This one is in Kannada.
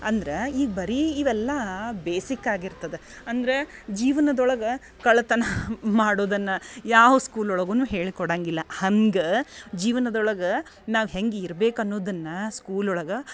ಅಂದ್ರೆ ಈಗ ಬರೀ ಇವೆಲ್ಲಾ ಬೇಸಿಕ್ ಆಗಿರ್ತದ ಅಂದ್ರೆ ಜೀವನದೊಳಗೆ ಕಳ್ತನ ಮಾಡೋದನ್ನು ಯಾವ ಸ್ಕೂಲ್ ಒಳ್ಗು ಹೇಳ್ಕೊಡಂಗಿಲ್ಲ ಹಂಗ ಜೀವನದೊಳಗೆ ನಾವು ಹ್ಯಂಗೆ ಇರ್ಬೇಕು ಅನ್ನೋದನ್ನ ಸ್ಕೂಲ್ ಒಳ್ಗೆ